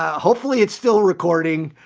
ah hopefully it's still recording.